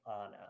Anna